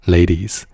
Ladies